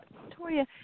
Victoria